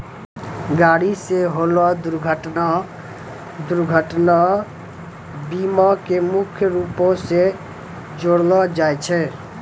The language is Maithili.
गाड़ी से होलो दुर्घटना दुर्घटना बीमा मे मुख्य रूपो से जोड़लो जाय छै